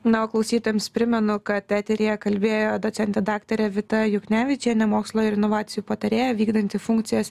na o klausytojams primenu kad eteryje kalbėjo docentė daktarė vita juknevičienė mokslo ir inovacijų patarėja vykdanti funkcijas